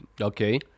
Okay